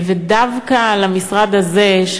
ודווקא למשרד הזה,